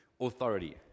authority